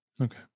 Okay